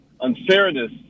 unfairness